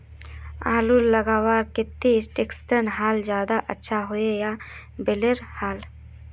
आलूर लगवार केते ट्रैक्टरेर हाल ज्यादा अच्छा होचे या बैलेर हाल?